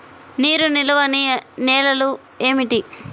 నీరు నిలువని నేలలు ఏమిటి?